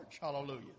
Hallelujah